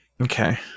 Okay